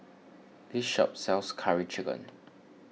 this shop sells Curry Chicken